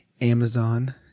Amazon